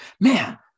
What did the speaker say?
man